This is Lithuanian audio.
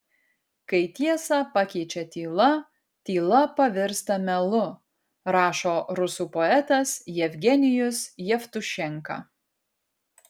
kai tiesą pakeičia tyla tyla pavirsta melu rašo rusų poetas jevgenijus jevtušenka